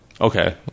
Okay